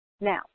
now